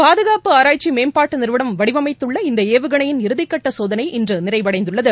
பாதுகாப்பு ஆராய்ச்சி மேம்பாட்டு நிறுவனம் வடிவமைத்துள்ள இந்த ஏவுகணையின் இறுதிக்கட்ட சோதனை இன்று நிறைவடைந்துள்ளது